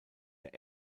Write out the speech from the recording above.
der